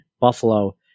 Buffalo